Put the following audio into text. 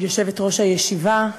יושבת-ראש הישיבה.